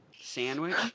sandwich